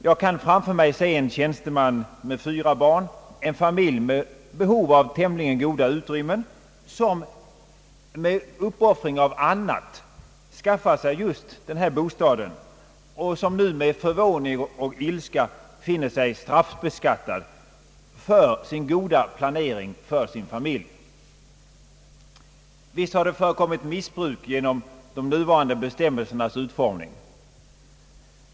Jag kan framför mig se en tjänsteman med hustru och fyra barn — en familj med behov av relativt goda utrymmen — som med uppoffring av annat skaffat sig just en sådan bostad och som nu med förvåning och ilska finner sig straffbeskattad för denna goda planering. Visst har det förekommit missbruk till följd av de nuvarande bestämmelsernas utformning.